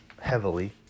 heavily